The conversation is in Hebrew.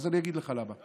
אז אני אגיד לך למה.